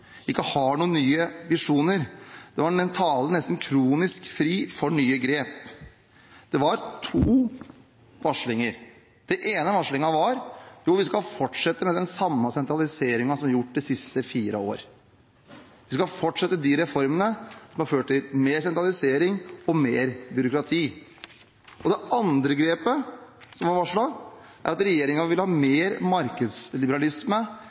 ikke har noen nye visjoner. Det var en tale nesten kronisk fri for nye grep. Det var to varsel. Det ene varselet var at jo, de skal fortsette med den samme sentraliseringen de har gjort de siste fire årene. De skal fortsette de reformene som har ført til mer sentralisering og mer byråkrati. Det andre grepet som ble varslet, er at regjeringen vil ha mer markedsliberalisme